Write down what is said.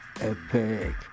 epic